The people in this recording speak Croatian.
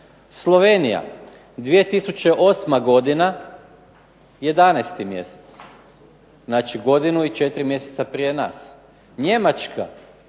Slovenija 2008. godina, 11 mjesec. Znači, godinu i 4 mj. prije nas. Njemačka